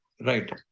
Right